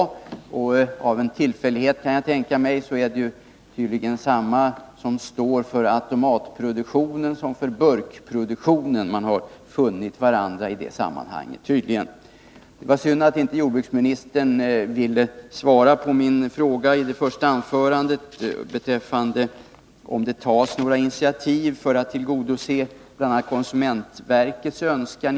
Tydligen är det — av en tillfällighet, kan jag tänka mig — samma företag som står för automatproduktionen som för burkproduktionen. Uppenbarligen har man i det sammanhanget funnit varandra. Det var synd att jordbruksministern inte ville svara på min fråga i det första anförandet om det tas några initiativ för att tillgodose bl.a. konsumentverkets önskan.